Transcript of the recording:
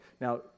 now